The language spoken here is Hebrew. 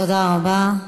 תודה רבה.